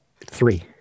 three